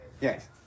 Yes